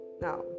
now